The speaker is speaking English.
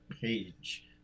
page